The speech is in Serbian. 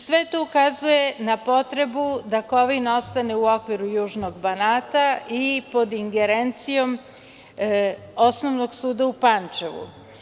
Sve to ukazuje na potrebu da Kovin ostane u okviru južnog Banata i pod ingerencijom Osnovnog suda u Pančevu.